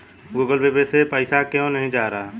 Google Pay से पैसा क्यों नहीं जा रहा है?